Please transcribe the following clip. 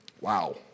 Wow